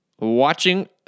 watching